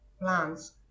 plants